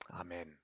Amen